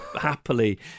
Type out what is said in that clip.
happily